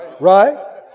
Right